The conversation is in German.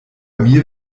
mir